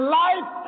life